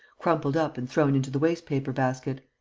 crumpled up and thrown into the waste-paper-basket.